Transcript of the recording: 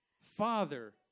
father